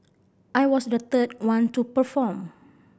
I was the third one to perform